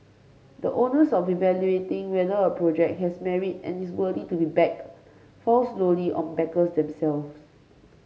the onus of evaluating whether a project has merit and is worthy to be backed fall solely on backers themselves